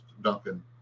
Duncan